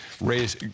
raise